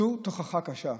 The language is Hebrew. זו תוכחה קשה.